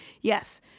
yes